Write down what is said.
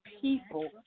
people